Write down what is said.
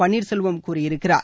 பன்னீர்செல்வம் கூறியிருக்கிறார்